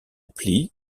plie